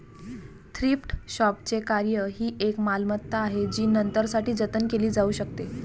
thrift शॉपचे कार्य ही एक मालमत्ता आहे जी नंतरसाठी जतन केली जाऊ शकते